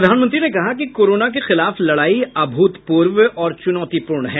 प्रधानमंत्री ने कहा कि कोरोना के खिलाफ लड़ाई अभूतपूर्व और चुनौतीपूर्ण है